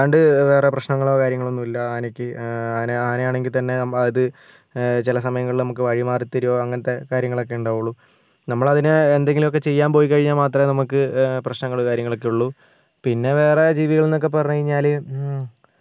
അല്ലാണ്ട് വേറെ പ്രശ്നങ്ങളൊ കാര്യങ്ങളൊ ഒന്നൂമില്ല ആനക്ക് ആന ആനയാണെങ്കിൽ തന്നെ ഇത് ചില സമയങ്ങളിൽ നമുക്ക് വഴിമാറി തരുവോ അങ്ങനത്തെ കാര്യങ്ങളൊക്കെ ഉണ്ടാവുള്ളു നമ്മൾ അതിനെ എന്തെങ്കിലുവൊക്കെ ചെയ്യാൻ പോയി കഴിഞ്ഞാൽ മാത്രമേ നമുക്ക് പ്രശ്നങ്ങളും കാര്യങ്ങളും ഒക്കെ ഉള്ളു പിന്നെ വേറെ ജീവികൾന്നൊക്കെ പറഞ്ഞു കഴിഞ്ഞാൽ